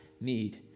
need